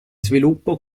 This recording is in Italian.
sviluppo